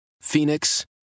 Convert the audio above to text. Phoenix